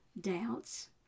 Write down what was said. doubts